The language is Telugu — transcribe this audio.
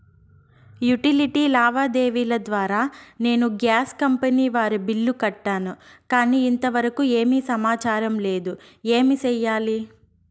యుటిలిటీ లావాదేవీల ద్వారా నేను గ్యాస్ కంపెని వారి బిల్లు కట్టాను కానీ ఇంతవరకు ఏమి సమాచారం లేదు, ఏమి సెయ్యాలి?